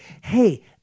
hey